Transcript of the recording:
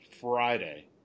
Friday